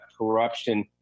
corruption